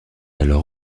alors